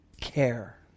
care